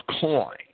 coin